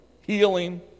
healing